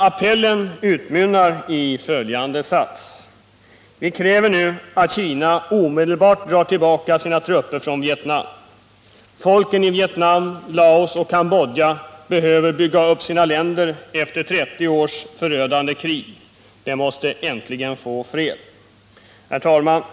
Appellen utmynnar i följande sats: "Vi kräver nu att Kina omedelbart drar tillbaka sina trupper från Vietnam. Folken i Vietnam, Laos och Kambodja behöver bygga upp sina länder efter ett 30 års förödande krig. De måste äntligen få fred.” Herr talman!